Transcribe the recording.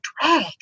drag